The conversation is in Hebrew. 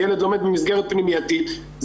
כשילד לומד במסגרת פנימייתית,